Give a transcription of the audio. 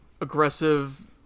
aggressive